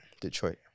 Detroit